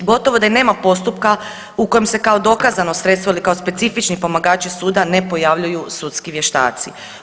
Gotovo da i nema postupka u kojem se kao dokazano sredstvo ili kao specifični pomagači suda ne pojavljuju sudski vještaci.